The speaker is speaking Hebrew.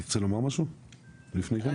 אתה רוצה לומר משהו לפני כן?